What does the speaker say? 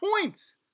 points